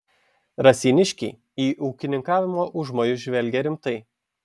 raseiniškiai į ūkininkavimo užmojus žvelgė rimtai